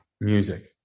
music